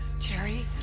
jerry,